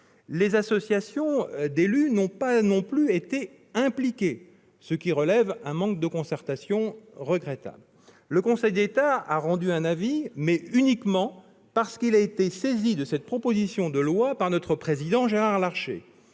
Les associations d'élus n'ont pas non plus été impliquées, ce qui révèle un manque de concertation très regrettable. Le Conseil d'État a rendu un avis, mais uniquement parce qu'il a été saisi de cette proposition de loi par notre président, Gérard Larcher.